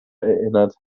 erinnert